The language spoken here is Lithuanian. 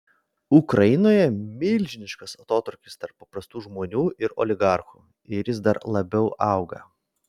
ukrainoje milžiniškas atotrūkis tarp paprastų žmonių ir oligarchų ir jis dar labiau auga